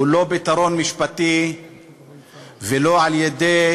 הוא לא פתרון משפטי ולא על-ידי